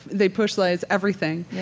they personalize everything. yeah